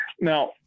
Now